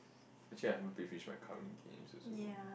actually I haven't play finish my current games also